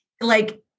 like-